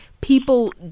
people